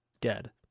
Dead